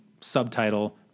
subtitle